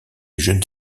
jeune